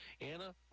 Anna